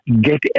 get